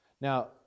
Now